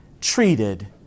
treated